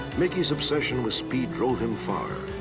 mickey's obsession with speed drove him far,